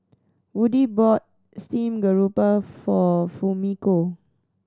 Woodie bought steamed grouper for Fumiko